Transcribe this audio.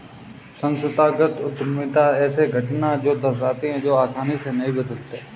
संस्थागत उद्यमिता ऐसे घटना को दर्शाती है जो आसानी से नहीं बदलते